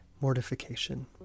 mortification